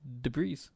debris